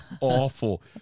awful